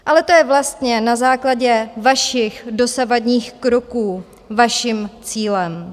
Ale to je vlastně na základě vašich dosavadních kroků vaším cílem.